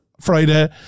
Friday